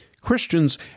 Christians